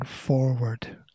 forward